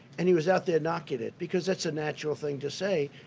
and he was out there knocking it, because that's a natural thing to say.